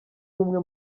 umwe